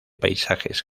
paisajes